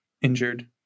injured